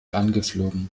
angeflogen